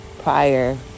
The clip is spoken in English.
prior